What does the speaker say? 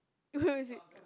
who is it